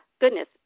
goodness